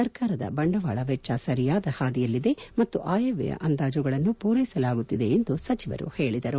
ಸರ್ಕಾರದ ಬಂಡವಾಳ ವೆಚ್ಚ ಸರಿಯಾದ ಹಾದಿಯಲ್ಲಿದೆ ಮತ್ತು ಆಯವ್ಯಯ ಅಂದಾಜುಗಳನ್ನು ಪೂರೈಸಲಾಗುವುದು ಎಂದು ಸಚಿವರು ಹೇಳಿದರು